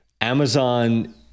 Amazon